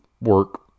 work